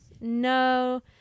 No